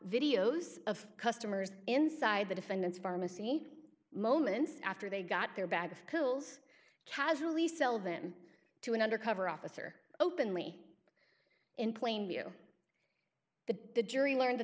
videos of customers inside the defendant's pharmacy moments after they got their bag of pills casually sell them to an undercover officer openly in plain view the jury learned th